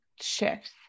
shifts